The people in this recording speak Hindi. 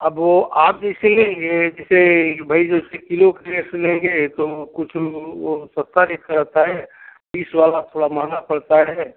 अब वह आप जैसे ही जैसे कि भाई जो इसके किलो की ड्रेस सिलेंगे तो कुछ वह सस्ता बिक जाता है पीस वाला थोड़ा महँगा पड़ता है